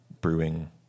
brewing